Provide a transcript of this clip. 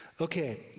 Okay